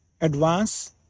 advance